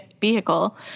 vehicle